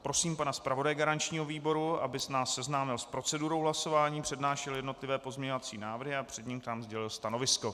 Prosím zpravodaje garančního výboru, aby nás seznámil s procedurou hlasování, přednášel jednotlivé pozměňovací návrhy a předtím nám sdělil stanovisko.